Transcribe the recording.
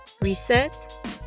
reset